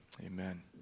Amen